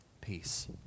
peace